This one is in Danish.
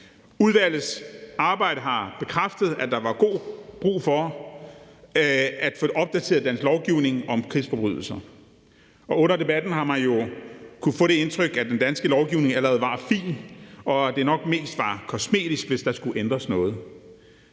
Udvalgets arbejde har bekræftet, at der var god brug for at få opdateret dansk lovgivning om krigsforbrydelser. Under debatten har man jo kunnet få det indtryk, at den danske lovgivning allerede var fin, og at det nok mest var kosmetisk, hvis der skulle ændres noget,